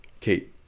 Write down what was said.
Kate